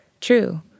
true